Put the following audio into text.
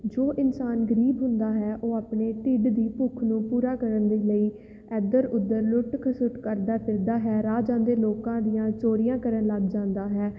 ਜੋ ਇਨਸਾਨ ਗਰੀਬ ਹੁੰਦਾ ਹੈ ਉਹ ਆਪਣੇ ਢਿੱਡ ਦੀ ਭੁੱਖ ਨੂੰ ਪੂਰਾ ਕਰਨ ਦੇ ਲਈ ਇੱਧਰ ਉੱਧਰ ਲੁੱਟ ਖਸੁੱਟ ਕਰਦਾ ਫਿਰਦਾ ਹੈ ਰਾਹ ਜਾਂਦੇ ਲੋਕਾਂ ਦੀਆਂ ਚੋਰੀਆਂ ਕਰਨ ਲੱਗ ਜਾਂਦਾ ਹੈ